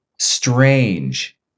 strange